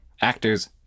Actors